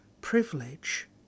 privilege